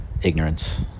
ignorance